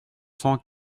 cent